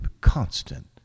constant